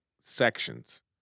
sections